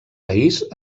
país